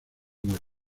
muerte